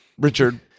richard